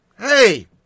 hey